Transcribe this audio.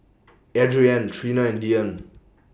Adrienne Trina and Deane